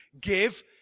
Give